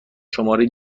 شماره